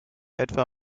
etwa